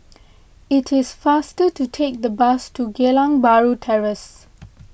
it is faster to take the bus to Geylang Bahru Terrace